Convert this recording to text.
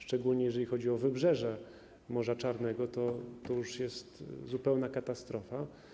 Szczególnie jeżeli chodzi o wybrzeże Morza Czarnego, to już jest zupełna katastrofa.